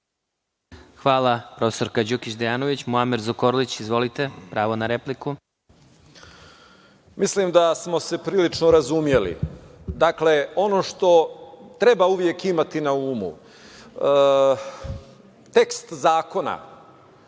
Hvala, profesorka Đukić Dejanović. Muamer Zukorlić, izvolite, pravo na repliku. **Muamer Zukorlić** Mislim da smo se prilično razumeli. Dakle, ono što treba uvek imati na umu, tekst zakona